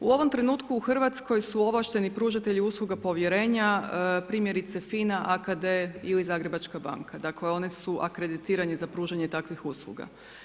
U ovom trenutku u Hrvatskoj su ovlašteni pružatelji usluga povjerenja primjerice FINA, AKD, ili Zagrebačka banka, dakle oni su akreditirani za pružanje takvih usluga.